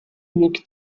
luke